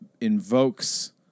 invokes